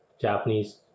Japanese